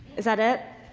is that it?